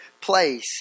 place